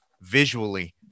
visually